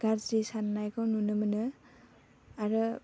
गाज्रि साननायखौ नुनो मोनो आरो